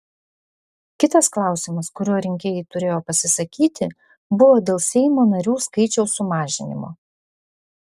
kitas klausimas kuriuo rinkėjai turėjo pasisakyti buvo dėl seimo narių skaičiaus sumažinimo